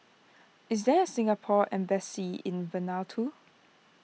is there a Singapore Embassy in Vanuatu